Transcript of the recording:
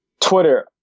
Twitter